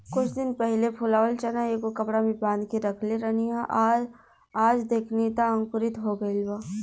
कुछ दिन पहिले फुलावल चना एगो कपड़ा में बांध के रखले रहनी आ आज देखनी त अंकुरित हो गइल बा